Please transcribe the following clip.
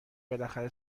بالاخره